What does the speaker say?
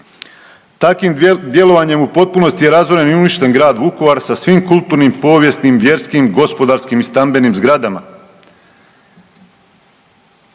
Takvim djelovanjem u potpunosti je razoren i uništen grad Vukovar sa svim kulturnim, povijesnim, vjerskim, gospodarskim i stambenim zgradama.